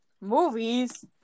Movies